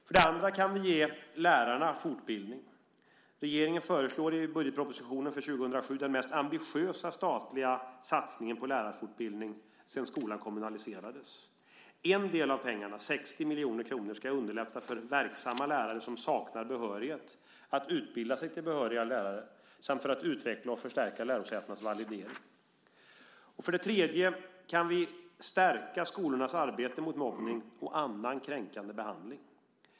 För det andra kan vi ge lärarna fortbildning. Regeringen föreslår i budgetpropositionen för år 2007 den mest ambitiösa statliga satsningen på lärarfortbildning sedan skolan kommunaliserades. En del av pengarna, 60 miljoner kronor, ska underlätta för verksamma lärare som saknar behörighet att utbilda sig till behöriga lärare samt för att utveckla och förstärka lärosätenas validering. För det tredje kan vi stärka skolornas arbete mot mobbning och annan kränkande behandling.